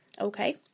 Okay